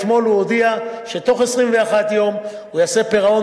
אתמול הוא הודיע שתוך 21 יום הוא יעשה פירעון